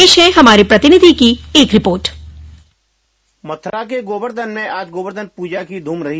पेश है हमारे प्रतिनिधि की एक रिपोर्ट मथुरा के गोवर्धन मं आज गोवर्धन पूजा की धूम रही